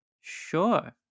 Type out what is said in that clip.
Sure